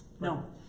No